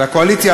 והקואליציה,